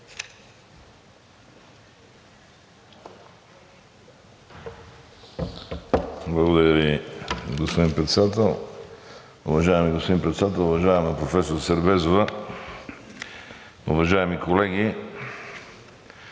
Благодаря Ви, господин Председател. Уважаеми господин Председател, уважаема професор Сербезова, уважаеми колеги!